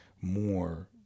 more